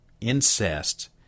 incest